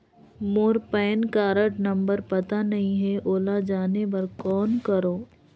मोर PAN card number पता नहीं है, ओला जाने बर कौन करो?